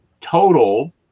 total